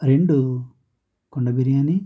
రెండు కుండ బిర్యాని